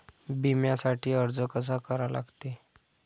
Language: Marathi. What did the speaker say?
बिम्यासाठी अर्ज कसा करा लागते?